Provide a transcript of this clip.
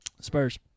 Spurs